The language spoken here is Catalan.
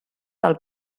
del